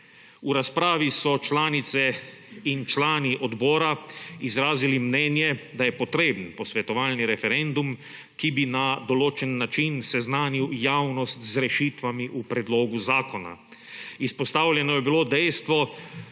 V razpravi so članice in člani odbora izrazili mnenje, da je potreben posvetovalni referendum, ki bi na določen način seznanil javnost z rešitvami v predlogu zakona. Izpostavljeno je bilo dejstvo,